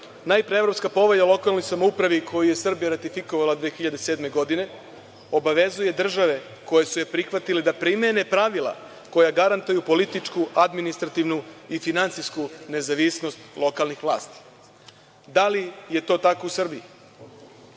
Najpre, Evropska povelja o lokalnoj samoupravi, koju je Srbija ratifikovala 2007. godine obavezuje države koje su je prihvatile da primene pravila koja garantuju političku, administrativnu i finansijsku nezavisnost lokalnih vlasti. Da li je to tako u Srbiji?U